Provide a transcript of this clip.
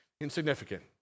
insignificant